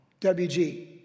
WG